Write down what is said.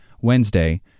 Wednesday